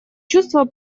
чувство